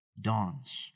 dawns